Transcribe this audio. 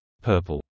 purple